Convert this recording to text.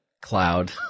cloud